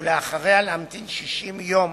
ואחריה להמתין 60 יום